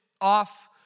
off